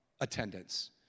attendance